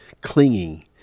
clinging